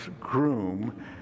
groom